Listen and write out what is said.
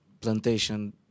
plantation